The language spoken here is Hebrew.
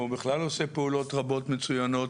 הוא בכלל עושה פעולות רבות מצוינות,